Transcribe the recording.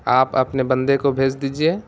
آپ اپنے بندے کو بھیج دیجیے